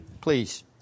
please